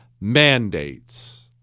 mandates